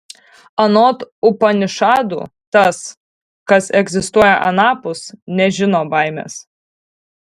anot upanišadų tas kas egzistuoja anapus nežino baimės